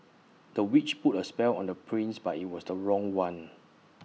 the witch put A spell on the prince but IT was the wrong one